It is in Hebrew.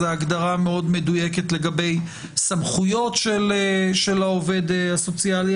זו הגדרה מאוד מדויקת לגבי סמכויות של העובד הסוציאלי,